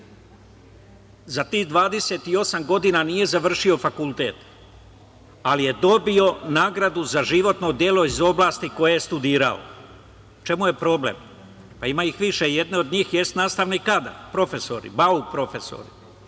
za tih 28 godina nije završio fakultet, ali je dobio nagradu za životno delo iz oblasti koje je studirao.U čemu je problem? Pa, ima ih više. Jedan od njih je nastavni kadar, profesori, „bauk profesori“,